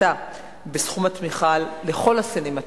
הפחתה בסכום התמיכה לכל הסינמטקים,